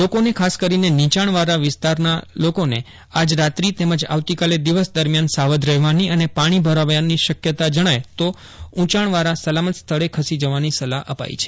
લોકોને ખાસ કરીને નીચાણવાળા વિસ્તારના લોકોને આજ રાત્રી તેમજ આવતીકાલે દિવસ દરમિયાન સાવધ રહેવાની અને પાપ્તી ભરાવાની શક્યતા જપ્તાય તો ઉંચાપ્તવાળા સલામત સ્થળે ખસી જવાની સલાહ અપાઈ છે